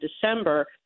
december